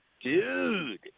Dude